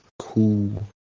cool